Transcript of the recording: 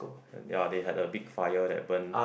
ya they had a big fire that burn